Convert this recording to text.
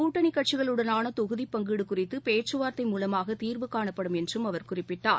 கூட்டணி கட்சிகளுடான தொகுதிப் பங்கீடு குறித்து பேச்சுவார்த்தை மூலமாக தீர்வு காணப்படும் என்றும் அவர் குறிப்பிட்டார்